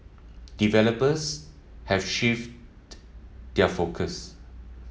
developers have shifted their focus